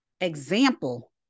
example